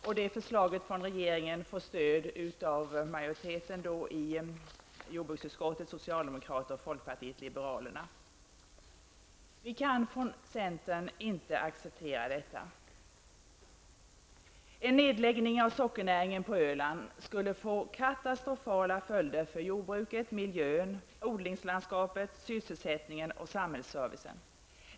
Regeringens förslag får stöd av majoriteten i jordbruksutskottet -- Detta kan vi från centern inte acceptera. En nedläggning av sockernäringen på Öland skulle få katastrofala följder för jordbruket, miljön, odlingslandskapet, sysselsättningen och samhällsservicen.